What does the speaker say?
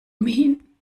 umhin